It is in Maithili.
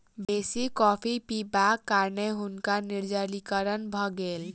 बेसी कॉफ़ी पिबाक कारणें हुनका निर्जलीकरण भ गेल